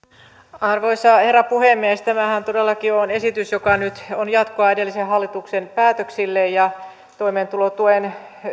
arvoisa herra puhemies tämähän todellakin on esitys joka nyt on jatkoa edellisen hallituksen päätöksille ja toimeentulotuen